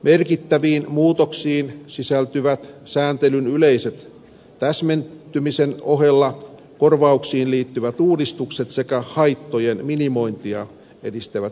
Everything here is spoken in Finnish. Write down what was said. merkittäviin muutoksiin sisältyvät sääntelyn yleisen täsmentymisen ohella korvauksiin liittyvät uudistukset sekä haittojen minimointia edistävät säännökset